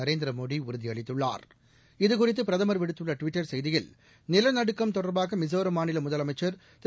நரேந்திர மோடி உறுதியளித்துள்ளார் இதுகுறித்து பிரதமர் விடுத்துள்ள ட்விட்டர் செய்தியில் நிலநடுக்கம் தொடர்பாக மிஸோராம் மாநில முதலமைச்சர் திரு